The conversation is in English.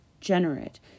generate